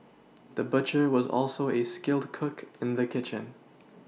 the butcher was also a skilled cook in the kitchen